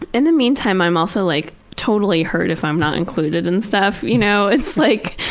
in the meantime i'm also like totally hurt if i'm not included in stuff, you know, it's like.